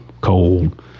cold